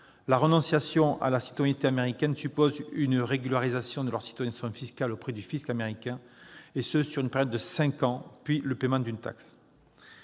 la renonciation à la citoyenneté américaine suppose une régularisation de leur situation fiscale auprès du fisc américain sur une période de cinq ans, puis le paiement d'une taxe.